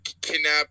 kidnap